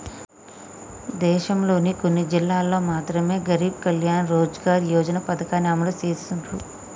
దేశంలోని కొన్ని జిల్లాల్లో మాత్రమె గరీబ్ కళ్యాణ్ రోజ్గార్ యోజన పథకాన్ని అమలు చేసిర్రు